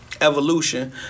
evolution